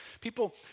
People